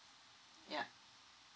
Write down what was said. yeah